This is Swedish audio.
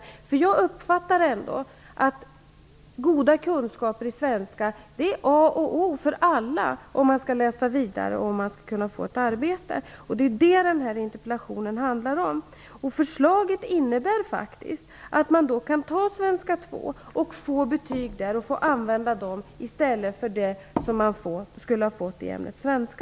Jag har ändå den uppfattningen att goda kunskaper i svenska är a och o för alla om man skall läsa vidare och om man skall kunna få ett arbete. Det är detta den här frågan handlar om. Förslaget innebär faktiskt att man kan välja svenska 2 och få betyg där som man sedan får använda i stället för det som man skulle ha fått i ämnet svenska.